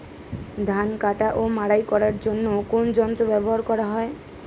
ধান কাটা ও মাড়াই করার জন্য কোন যন্ত্র ব্যবহার করা হয়?